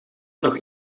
nog